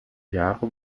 jahre